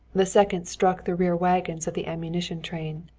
the second struck the rear wagons of the ammunition train.